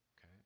Okay